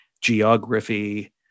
geography